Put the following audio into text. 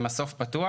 זה מסוף פתוח.